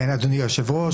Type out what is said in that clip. אדוני היושב-ראש,